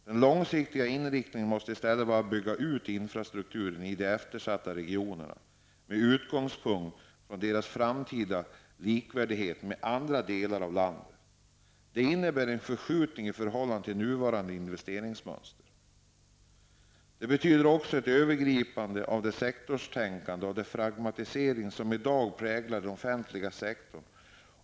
Den långsiktiga inriktningen måste i stället vara att bygga ut infrastrukturen i de eftersatta regionerna med utgångspunkt från deras framtida likvärdighet med andra delar av landet. Det innebär en förskjutning i förhållande till nuvarande investeringsmönster. Det betyder också ett övergivande av det sektorstänkande och den fragmentisering som i dag präglar den offentliga sektorn.